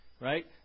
right